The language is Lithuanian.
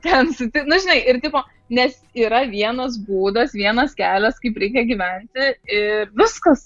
ten suti nu žinai ir tipo nes yra vienas būdas vienas kelias kaip reikia gyventi ir viskas